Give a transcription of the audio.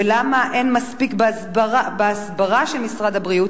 ולמה אין מספיק בהסברה של משרד הבריאות.